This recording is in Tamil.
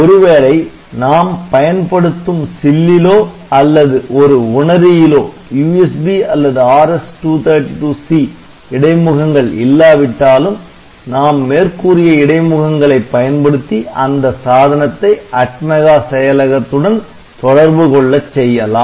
ஒருவேளை நாம் பயன்படுத்தும் சில்லிலோ அல்லது ஒரு உணரியிலோ USB அல்லது RS232C இடைமுகங்கள் இல்லாவிட்டாலும் நாம் மேற்கூறிய இடைமுகங்களை பயன்படுத்தி அந்த சாதனத்தை ATMEGA செயலகத்துடன் தொடர்பு கொள்ளச் செய்யலாம்